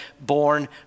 born